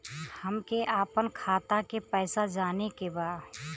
हमके आपन खाता के पैसा जाने के बा